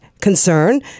concern